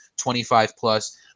25-plus